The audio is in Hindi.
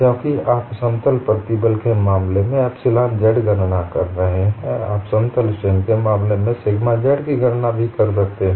क्योंकि आप समतल प्रतिबल के मामले में एप्सिलॉन z गणना कर सकते हैं आप समतल स्ट्रेन के मामले में सिग्मा z की भी गणना कर सकते हैं